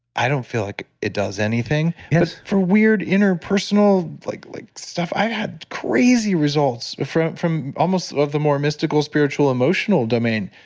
i don't feel like it does anything for weird interpersonal like like stuff. i had crazy results but from from almost of the more mystical, spiritual, emotional domain.